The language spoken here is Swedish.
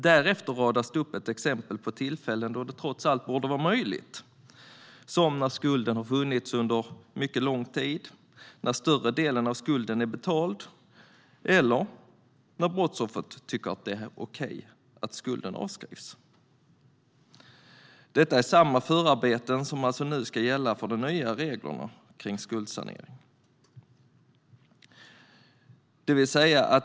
Därefter radas upp exempel på tillfällen då det trots allt borde vara möjligt, som när skulden har funnits under mycket lång tid, när större delen av skulden är betald eller när brottsoffret tycker att det är okej att skulden avskrivs. Detta är samma förarbeten som alltså nu ska gälla för de nya reglerna för skuldsanering.